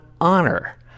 honor